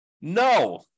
No